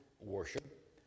worship